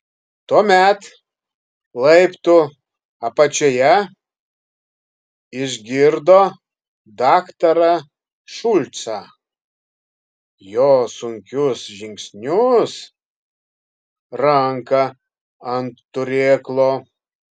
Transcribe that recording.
tuomet laiptų apačioje išgirdo daktarą šulcą jo sunkius žingsnius ranką ant turėklo